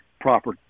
proper